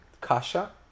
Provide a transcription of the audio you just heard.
Kasha